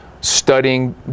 studying